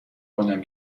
کنم